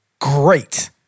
Great